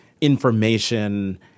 information